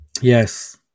Yes